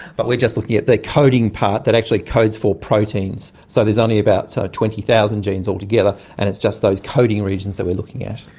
but we are just looking at the coding part that actually codes for proteins, so there's only about twenty thousand genes altogether and it's just those coding regions that we are looking at.